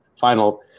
final